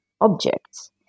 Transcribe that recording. objects